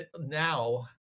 now